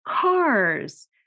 cars